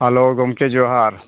hello ᱜᱚᱢᱠᱮ ᱡᱚᱦᱟᱨ